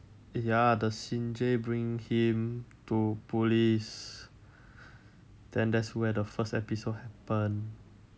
ya the shin jae bring him to police then that's where the first episode happen